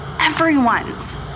Everyone's